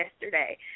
yesterday